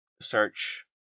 search